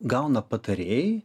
gauna patarėjai